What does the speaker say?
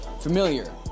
familiar